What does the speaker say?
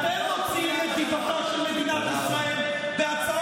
אתה משמידים את המעמד של מדינת ישראל בעולם.